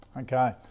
Okay